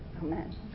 Amen